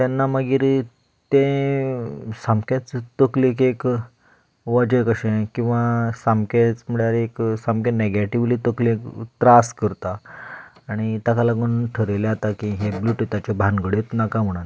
तेन्ना मागीर तें सामकेंच तकलेक एक वजें कशें किंवा सामकेंच म्हणल्यार एक सामकें नेगेटिवली तकलेक त्रास करता आनी ताका लागून थरयलें आतां की हें ब्लूतूताच्यो भानगड्योच नाका म्हणून